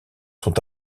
sont